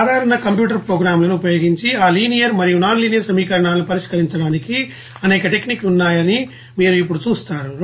సాధారణ computer program లను ఉపయోగించి ఈ లినియర్ మరియు నాన్ లీనియర్ సమీకరణాలను పరిష్కరించడానికి అనేక టెక్నిక్ లు ఉన్నాయని మీరు ఇప్పుడు చూస్తారు